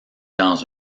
dans